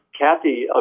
Kathy